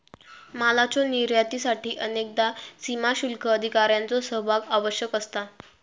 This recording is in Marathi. मालाच्यो निर्यातीसाठी अनेकदा सीमाशुल्क अधिकाऱ्यांचो सहभाग आवश्यक असता